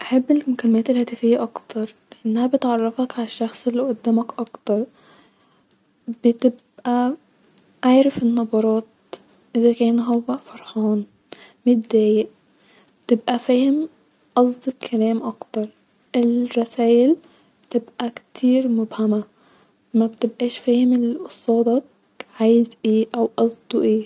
بحب المكلمات الهاتفيه اكتر-لانها بتعرفك علي الشخص الي قدامك اكتر-بتب-قي عارف النبرات اذا كان هو فرحان-مدايق-تبقي فاهم-قصد الكلام اكتر-الرسايل بتبقي كتير مبهمه-مبتبقاش فاهم الي قصداك عايز ايه او قصدو ايه